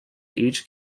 each